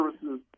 services